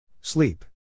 Sleep